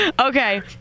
Okay